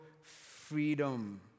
freedom